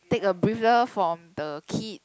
take a breather from the kid